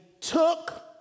took